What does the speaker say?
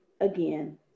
again